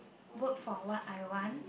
work for what I want